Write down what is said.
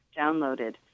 downloaded